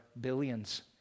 billions